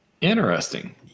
Interesting